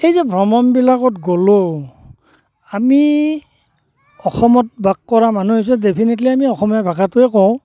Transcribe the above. সেই যে ভ্ৰমনবিলাকত গ'লোঁ আমি অসমত বাস কৰা মানুহ হিচাপে ডেফিনিটলি আমি অসমীয়া ভাষাটোয়ে কওঁ